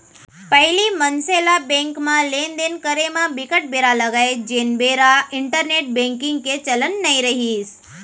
पहिली मनसे ल बेंक म लेन देन करे म बिकट बेरा लगय जेन बेरा इंटरनेंट बेंकिग के चलन नइ रिहिस